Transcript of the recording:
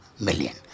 million